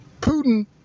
Putin